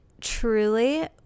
truly